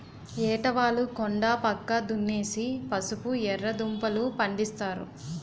ఏటవాలు కొండా పక్క దున్నేసి పసుపు, ఎర్రదుంపలూ, పండిస్తారు